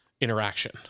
interaction